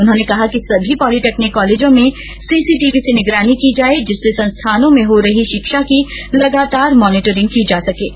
उन्होंने कहा कि सभी पॉलिटेक्निक कॉलेजों में सीसीटीवी से निगरानी की जाए जिससे संस्थानों में हो रही शिक्षा की लगातार मॉनीटरिंग की जा सकेगी